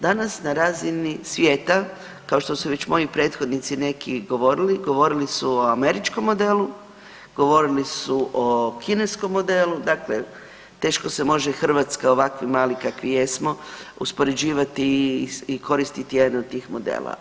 Danas na razini svijeta, kao što su već moji prethodnici neki govorili, govorili su o američkom modelu, govorili su o kineskom modelu, dakle teško se može Hrvatska, ovakvi mali kakvi jesmo uspoređivati i koristiti jedan od tih modela.